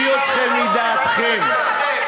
תראו איך אני מצליח להוציא אתכם מדעתכם.